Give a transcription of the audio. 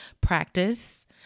practice